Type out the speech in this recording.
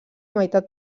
meitat